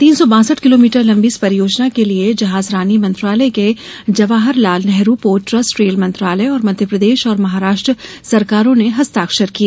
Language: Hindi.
तीन सौ बासठ किलोमीटर लंबी इस परियोजना के लिए जहाजरानी मंत्रालय के Jawaharlal Nehru port trust rail मंत्रालय और मध्यप्रदेश और महाराष्ट्र सरकारों ने हस्ताक्षर किए